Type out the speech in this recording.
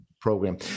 program